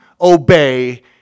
obey